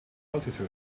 altitude